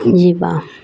ଯିବା